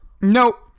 Nope